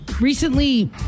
recently